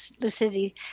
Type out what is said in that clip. lucidity